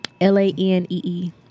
L-A-N-E-E